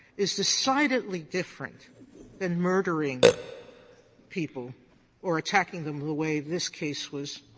is decidedly different than murdering people or attacking them the way this case was